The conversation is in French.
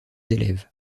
élèves